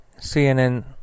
cnn